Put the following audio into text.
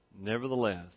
Nevertheless